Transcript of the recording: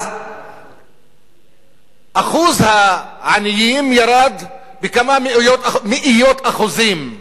אחוז העניים ירד בכמה מאיות אחוזים.